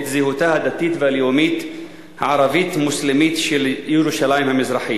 זהותה הדתית והלאומית הערבית-מוסלמית של ירושלים המזרחית,